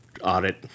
audit